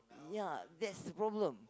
ya that's the problem